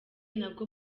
nabwo